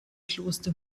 kloster